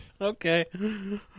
Okay